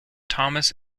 thomas